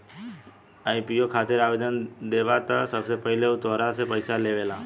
IPO खातिर आवेदन देबऽ त सबसे पहिले उ तोहरा से पइसा लेबेला